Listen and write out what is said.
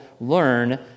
learn